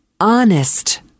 honest